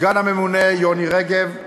שבשנה הבאה יהיה יותר טוב,